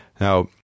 Now